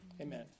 Amen